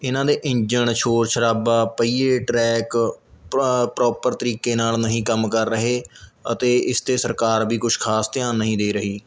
ਇਹਨਾਂ ਦੇ ਇੰਜਣ ਸ਼ੌਰ ਸ਼ਰਾਬਾ ਪਹੀਏ ਟਰੈਕ ਪ੍ਰੋਪਰ ਤਰੀਕੇ ਨਾਲ਼ ਨਹੀਂ ਕੰਮ ਕਰ ਰਹੇ ਅਤੇ ਇਸ 'ਤੇ ਸਰਕਾਰ ਵੀ ਕੁਛ ਖ਼ਾਸ ਧਿਆਨ ਨਹੀਂ ਦੇ ਰਹੀ